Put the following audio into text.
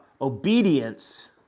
Obedience